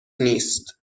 نیست